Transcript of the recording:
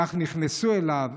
כך נכנסו אליו,